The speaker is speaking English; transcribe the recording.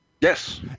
Yes